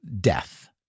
death